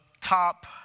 top